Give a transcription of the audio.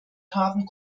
haben